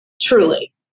truly